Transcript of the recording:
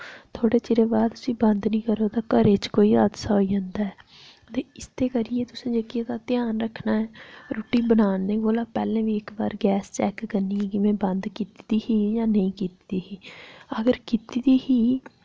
थोह्ड़े चिरे बाद उसी बंद नि करो ते घरे च कोई हादसा होई जंदा ऐ ते इसदे करियै जेह्की तां ध्यान रक्खना ऐ रुट्टी बनाने कोला पैह्ले बी इक बारी गैस चैक करनी में बंद कीती दी ही जां नेईं कीती दी ही अगर कीती दी ही